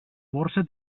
borsa